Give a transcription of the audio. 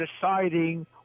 deciding